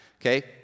Okay